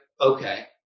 okay